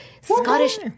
Scottish